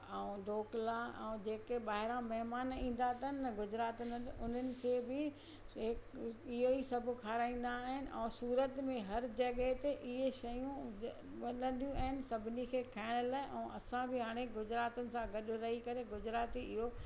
ऐं ढोकला ऐं जेके ॿाहिरां महिमान ईंदा अथनि न गुजरात में उन्हनि खे बि हिकु इहो ई सभु खराईंदा आहिनि ऐं सूरत में हर जॻह ते इहे शयूं मिलंदियूं आहिनि सभिनी खे खाइण लाइ ऐं असां बि हाणे गुजरातियुनि सां गॾु रही करे गुजराती इहो